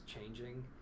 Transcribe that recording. changing